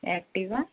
Activa